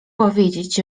powiedzieć